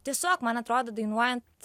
tiesiog man atrodo dainuojant